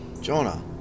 Jonah